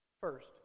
First